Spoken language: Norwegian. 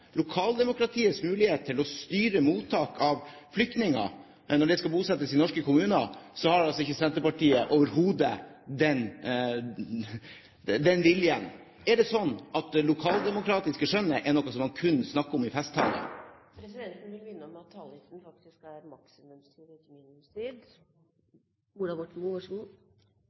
lokaldemokratiets mulighet til å styre mottak av flyktninger når de skal bosettes i norske kommuner, har altså Senterpartiet overhodet ikke den viljen. Er det sånn at det lokaldemokratiske skjønnet er noe man kun snakker om i festtaler? Presidenten vil minne om at taletiden faktisk er maksimumstid og ikke